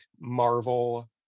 marvel